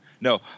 No